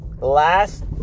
last